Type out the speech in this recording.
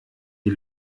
die